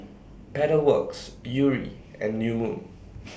Pedal Works Yuri and New Moon